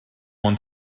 ond